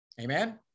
Amen